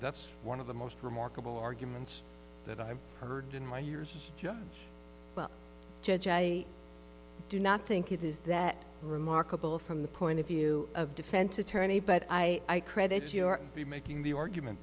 that's one of the most remarkable arguments that i've heard in my years as a judge i do not think it is that remarkable from the point of view of defense attorney but i credit your be making the argument